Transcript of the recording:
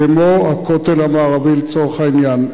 כמו הכותל המערבי לצורך העניין.